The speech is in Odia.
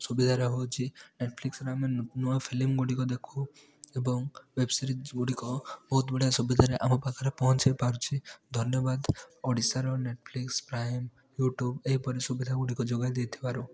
ସୁବିଧାରେ ହେଉଛି ନେଟଫ୍ଲିକ୍ସରେ ଆମେ ନୂଆ ଫିଲ୍ମ ଗୁଡ଼ିକ ଦେଖୁ ଏବଂ ୱେବସିରିଜ ଗୁଡ଼ିକ ବହୁତ ଗୁଡ଼ିକ ସୁବିଧାରେ ଆମ ପାଖରେ ପହଞ୍ଚି ପାରୁଛି ଧନ୍ୟବାଦ ଓଡ଼ିଶାର ନେଟଫ୍ଲିକ୍ସ ପ୍ରାଇମ୍ ୟୁଟ୍ୟୁବ୍ ଏହିପରି ସୁବିଧା ଗୁଡ଼ିକ ଯୋଗାଇ ଦେଇଥିବାରୁ